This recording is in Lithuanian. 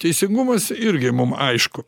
teisingumas irgi mum aišku